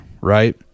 right